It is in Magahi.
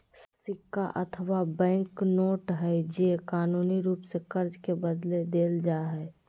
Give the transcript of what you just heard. सिक्का अथवा बैंक नोट हइ जे कानूनी रूप से कर्ज के बदले देल जा हइ